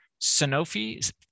Sanofi